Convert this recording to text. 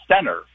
center